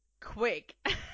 quick